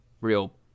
real